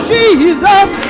Jesus